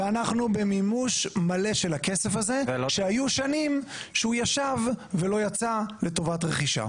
ואנחנו במימוש מלא של הכסף הזה שהיו שנים שהוא ישב ולא יצא לטובת רכישה.